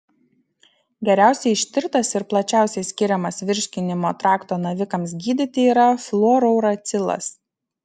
geriausiai ištirtas ir plačiausiai skiriamas virškinimo trakto navikams gydyti yra fluorouracilas